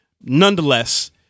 Nonetheless